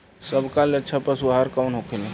सबका ले अच्छा पशु आहार कवन होखेला?